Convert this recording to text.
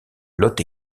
lot